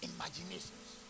Imaginations